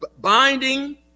binding